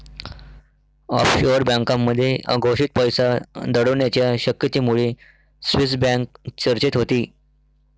offshore बँकांमध्ये अघोषित पैसा दडवण्याच्या शक्यतेमुळे स्विस बँक चर्चेत होती